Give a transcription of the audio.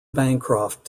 bancroft